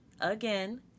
again